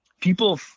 people